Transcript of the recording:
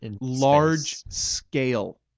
large-scale